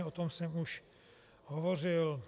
O tom jsem už hovořil.